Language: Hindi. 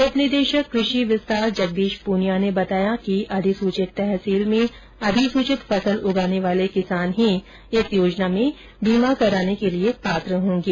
उप निदेशक कृषि विस्तार जगदीश पूनिया ने बताया कि अधिसूचित तहसील में अधिसूचित फसल उगाने वाले किसान ही इस योजना में बीमा कराने के लिए पात्र होंगे